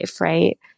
Right